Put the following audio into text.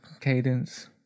cadence